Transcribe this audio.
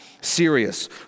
Serious